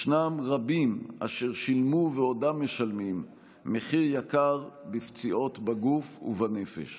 ישנם רבים אשר שילמו ועודם משלמים מחיר יקר בפציעות בגוף ובנפש.